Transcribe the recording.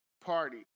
party